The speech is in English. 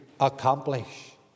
accomplish